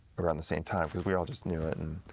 around the same time, because we all just knew it. and